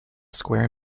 square